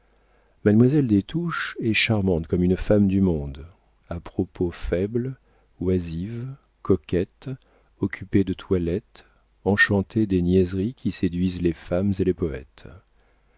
des touches est charmante comme une femme du monde à propos faible oisive coquette occupée de toilette enchantée des niaiseries qui séduisent les femmes et les poètes